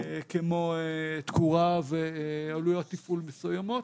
כמו תקורה ועלויות תפעול מסוימות.